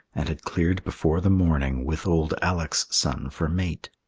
and had cleared before the morning with old alec's son for mate.